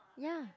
ya